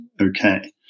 okay